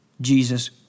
Jesus